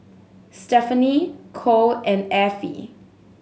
stefanie Cole and Affie